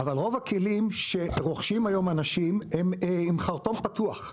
אבל רוב הכלים שאנשים רוכשים היום הם עם חרטום פתוח,